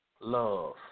love